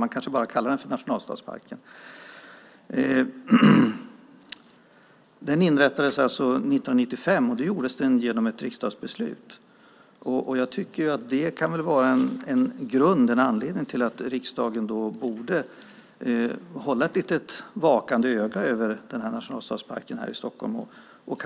Man kanske bara kallar den för nationalstadsparken. Nationalstadsparken inrättades 1995 genom ett riksdagsbeslut. Det kan väl vara en anledning till att riksdagen borde hålla ett litet vakande öga över nationalstadsparken och